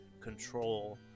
control